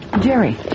Jerry